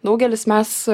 daugelis mes